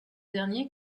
dernier